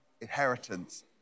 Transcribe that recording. inheritance